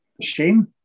Shame